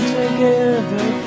together